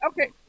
Okay